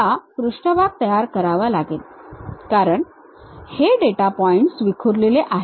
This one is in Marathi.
आता पृष्ठभाग तयार करावा लागेल कारण हे डेटा पॉइंट्स विखुरलेले आहेत